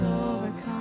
overcome